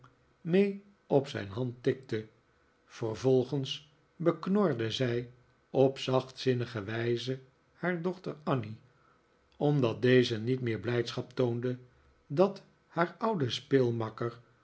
mee op zijn hand tikte vervolgens beknorde zij op zachtzinnige wijze haar dochter annie omdat deze niet meer blijdschap toonde dat haar oude